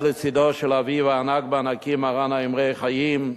לצדו של אביו הענק בענקים מרן ה"אמרי חיים",